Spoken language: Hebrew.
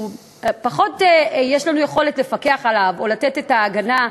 פחות יש לנו יכולת לפקח עליו או לתת את ההגנה.